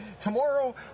tomorrow